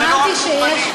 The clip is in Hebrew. אמרתי שיש,